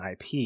IP